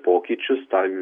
pokyčius tą